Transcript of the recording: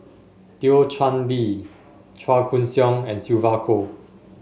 Thio Chan Bee Chua Koon Siong and Sylvia Kho